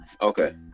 okay